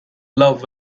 love